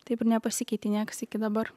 taip ir nepasikeitė niekas iki dabar